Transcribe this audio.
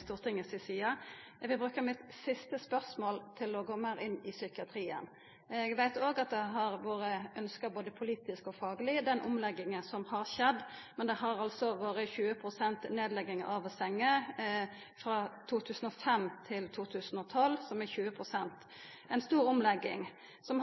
Stortinget. Eg vil bruka mitt siste spørsmål til å gå meir inn i psykiatrien. Eg veit òg at den omlegginga som har skjedd, har vore ønskt, både politisk og fagleg, men det har altså vore ei nedlegging av sengeplassar på 20 pst. frå 2005 til 2012